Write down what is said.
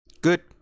good